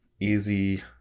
easy